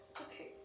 Okay